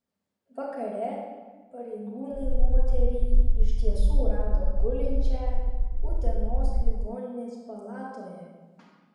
vakare pareigūnai moterį iš tiesų rado gulinčią utenos ligoninės palatoje